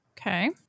Okay